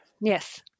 yes